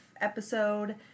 episode